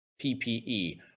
PPE